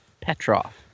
Petrov